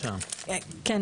כן,